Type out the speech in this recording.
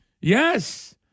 Yes